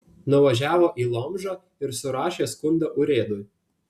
nuvažiavo į lomžą ir surašė skundą urėdui